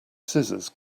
scissors